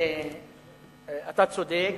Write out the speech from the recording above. אתה צודק,